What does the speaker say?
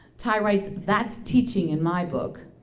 ty writes, that's teaching in my book.